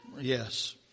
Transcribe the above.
Yes